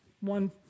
one